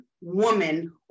woman